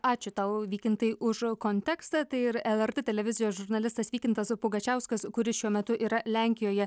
ačiū tau vykintai už kontekstą tai ir lrt televizijos žurnalistas vykintas pugačiauskas kuris šiuo metu yra lenkijoje